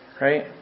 Right